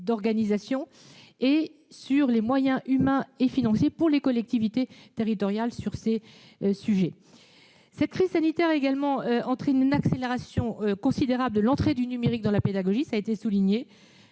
d'organisation et aux moyens humains et financiers pour les collectivités territoriales. Cette crise sanitaire a également entraîné une accélération considérable de l'entrée du numérique dans la pédagogie. L'éducation